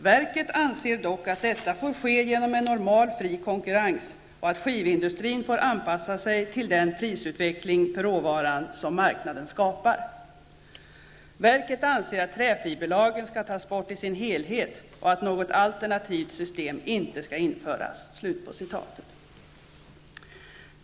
Verket anser dock att detta får ske genom en normal fri konkurrens och att skivindustrin får anpassa sig till den prisutveckling för råvaran som marknaden skapar. Verket anser att träfiberlagen skall tas bort i sin helhet och att något alternativt system inte skall införas.''